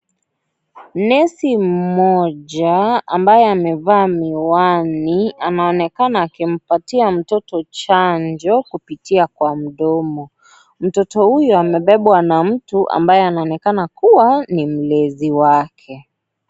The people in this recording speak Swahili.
Nesi mmoja ambaye amevaa miwani anaonekana akimpatia mtoto chanjo kupitia kwa mdomo, mtoto huyu amebebwa na mtu ambaye anaonekana kuwa ni mlezi wake.